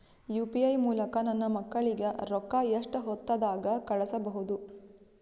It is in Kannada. ಯು.ಪಿ.ಐ ಮೂಲಕ ನನ್ನ ಮಕ್ಕಳಿಗ ರೊಕ್ಕ ಎಷ್ಟ ಹೊತ್ತದಾಗ ಕಳಸಬಹುದು?